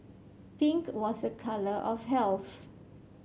pink was a colour of health